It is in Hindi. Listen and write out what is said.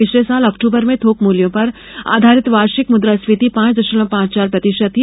पिछले साल अक्टूबर में थोक मूल्यों पर आधारित वार्षिक मुद्रास्फीति पांच दशमलव पांच चार प्रतिशत थी